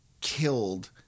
killed